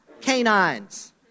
canines